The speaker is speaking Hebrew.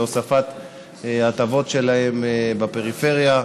להוספת הטבות להם בפריפריה.